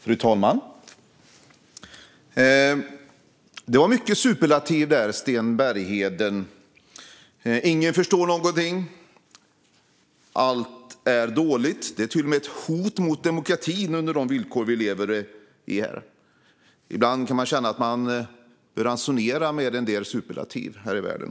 Fru talman! Det var många superlativ där, Sten Bergheden! Ingen förstår någonting, allt är dåligt och det är till och med ett hot mot demokratin med de villkor som vi lever under. Ibland kan det kännas som att man bör ransonera med en del superlativ här i världen.